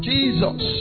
Jesus